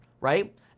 right